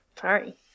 sorry